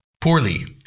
poorly